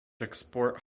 export